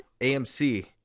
AMC